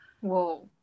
Whoa